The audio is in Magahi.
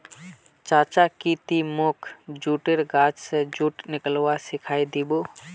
चाचा की ती मोक जुटेर गाछ स जुट निकलव्वा सिखइ दी बो